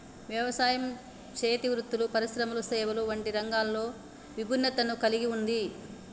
యవసాయం, చేతి వృత్తులు పరిశ్రమలు సేవలు వంటి రంగాలలో ఇభిన్నతను కల్గి ఉంది